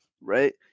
Right